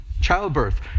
childbirth